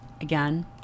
again